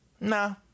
nah